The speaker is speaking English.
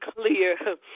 clear